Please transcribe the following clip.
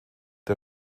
der